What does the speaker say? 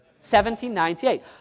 1798